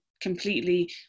completely